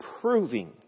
proving